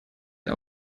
der